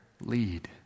lead